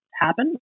happen